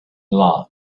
love